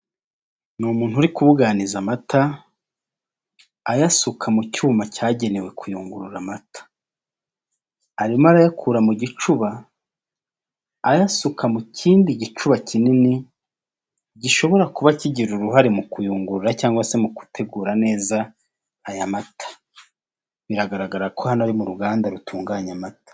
Ni umuntu kuriganiza amata ayasuka mu cyuma cyagenewe kuyungurura amata, arimo arayakura mu gicuba ayasuka mu kindi gicuba kinini gishobora kuba kigira uruhare mu kuyungurura cyangwa se mu gutegura neza aya mata, biragaragara ko hari mu ruganda rutunganya amata.